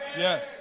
Yes